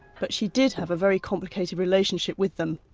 but she did have a very complicated relationship with them.